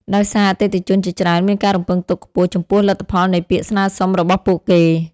ដោយសារ អតិថិជនជាច្រើនមានការរំពឹងទុកខ្ពស់ចំពោះលទ្ធផលនៃពាក្យស្នើសុំរបស់ពួកគេ។